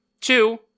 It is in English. Two